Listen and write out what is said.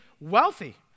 wealthy